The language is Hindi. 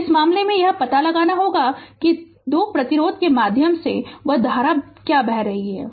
तो इस मामले में यह पता लगाना होगा कि 2 प्रतिरोध के माध्यम से कि वह धारा क्या है